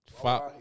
five